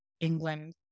England